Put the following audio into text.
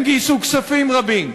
הם גייסו כספים רבים,